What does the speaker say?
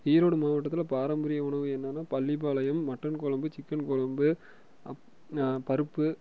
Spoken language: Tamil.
ஈரோடு மாவட்டத்தில் பாரம்பரிய உணவு என்னென்னா பள்ளிப்பாளையம் மட்டன் குழம்பு சிக்கன் குழம்பு பருப்பு